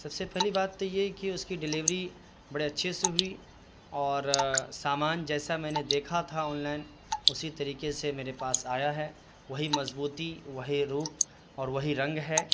سب سے پہلی بات تو یہ کہ اس کی ڈلیوری بڑے اچھے سے ہوئی اور سامان جیسا میں نے دیکھا تھا آن لائن اسی طریقے سے میرے پاس آیا ہے وہی مضبوطی وہی روپ اور وہی رنگ ہے